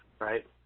right